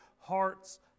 hearts